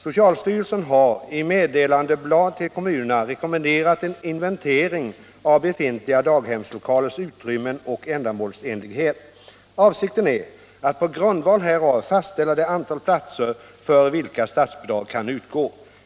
Socialstyrelsen har i meddelandeblad till kommunerna rekommenderat en inventering av befintliga daghemslokalers utrymmen och ändamålsenlighet. Avsikten är att på grundval härav fastställa det antal platser för vilka statsbidrag kan utgå.